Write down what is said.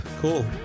cool